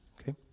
okay